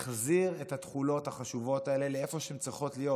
החזיר את התכולות החשובות האלה לאיפה שהן צריכות להיות,